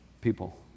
people